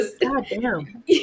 goddamn